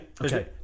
Okay